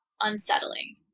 unsettling